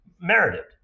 merited